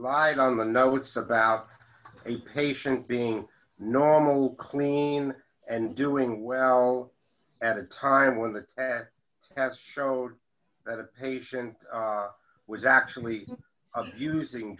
lied on the notes about a patient being normal clean and doing well at a time when the have showed that a patient was actually using